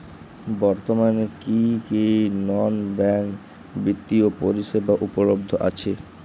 বর্তমানে কী কী নন ব্যাঙ্ক বিত্তীয় পরিষেবা উপলব্ধ আছে?